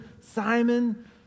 Simon